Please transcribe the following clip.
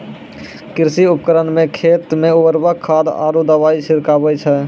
कृषि उपकरण सें खेत मे उर्वरक खाद आरु दवाई छिड़कावै छै